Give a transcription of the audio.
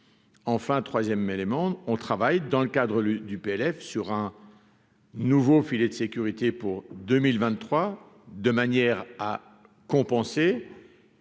enfin 3ème élément, on travaille dans le cadre du PLF sur un nouveau filet de sécurité pour 2023, de manière à compenser.